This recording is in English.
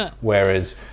whereas